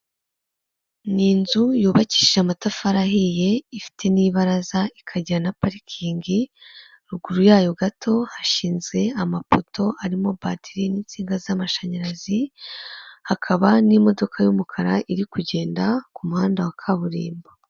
Ni inzu yubakishije amatafari ahiye ifite n'ibaraza ikagira na parikingi, ruguru yayo gato hashinze amapoto arimo batiri n'insinga z'amashanyarazi hakaba n'imodoka y'umukara iri kugenda ku muhanda wa kaburimbo.